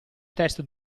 test